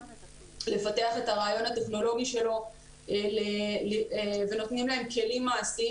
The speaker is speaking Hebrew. הם עוזרים לפתח את הרעיון הטכנולוגי שלו ונותנים להם כלים מעשיים